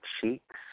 cheeks